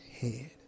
Head